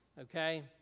okay